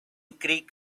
creek